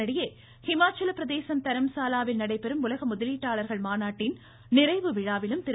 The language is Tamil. இதனிடையே ஹிமாச்சல பிரதேசம் தரம்சாலாவில் நடைபெறும் உலக முதலீட்டாளர்கள் மாநாட்டின் நிறைவு விழாவிலும் திரு